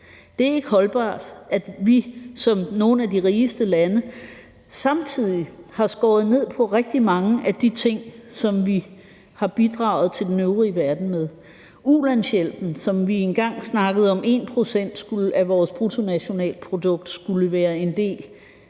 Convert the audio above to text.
Det er ikke holdbart, at vi som nogle af de rigeste lande samtidig har skåret ned på rigtig mange af de ting, som vi har bidraget til den øvrige verden med. Engang snakkede vi om, at 1 pct. af vores bruttonationalprodukt skulle gå til